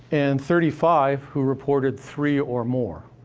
and thirty five who reported three or more.